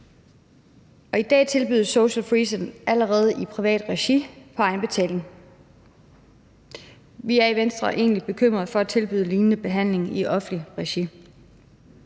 i dag tilbydes social freezing allerede i privat regi med egenbetaling. Vi er i Venstre egentlig bekymrede for at tilbyde lignende behandling i offentligt regi.